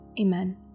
Amen